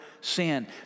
sin